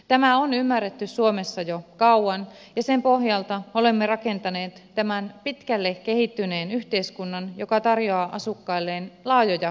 tämä on ymmärretty suomessa jo kauan ja sen pohjalta olemme rakentaneet tämän pitkälle kehittyneen yhteiskunnan joka tarjoaa asukkailleen laajoja hyvinvointipalveluja